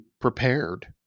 prepared